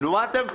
מה אתם מפחדים?